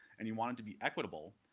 and you wanted to be equitable,